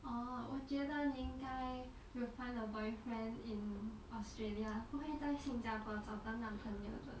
orh 我觉得你应该 find a boyfriend in australia 不会在新家坡找到男朋友的